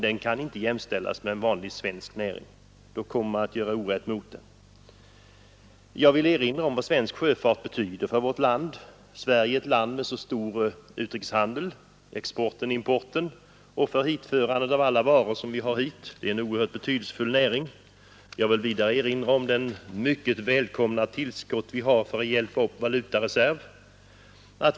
Den kan inte jämställas med en vanlig svensk näring; gör man det handlar man orätt mot sjöfarten. Jag vill erinra om vad svensk sjöfart betyder för vårt land. Sverige är ett land med mycket stor utrikeshandel — vi har stor export och import — och sjöfartsnäringen är oerhört betydelsefull för transporten av alla varor vi för hit. Jag vill vidare erinra om det mycket välkomna tillskottet till vår valutareserv.